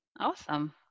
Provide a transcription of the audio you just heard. Awesome